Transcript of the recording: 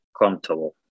comfortable